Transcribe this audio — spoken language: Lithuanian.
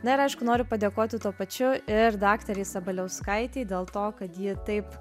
na ir aišku noriu padėkoti tuo pačiu ir daktarei sabaliauskaitei dėl to kad ji taip